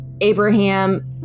abraham